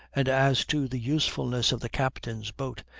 and as to the usefulness of the captain's boat,